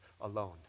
alone